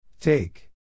Take